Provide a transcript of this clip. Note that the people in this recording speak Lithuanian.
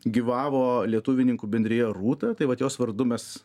gyvavo lietuvininkų bendrija rūta tai vat jos vardu mes